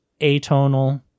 atonal